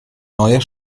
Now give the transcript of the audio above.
neuer